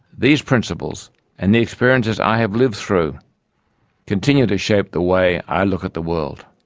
these principles and the experiences i have lived through continue to shape the way i look at the world.